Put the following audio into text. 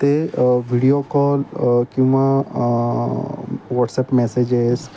ते video call किंवा WhatsApp messages